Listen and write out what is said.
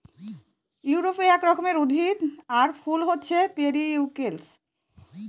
ইউরোপে এক রকমের উদ্ভিদ আর ফুল হছে পেরিউইঙ্কেল